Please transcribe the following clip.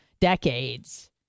decades